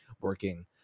working